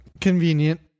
Convenient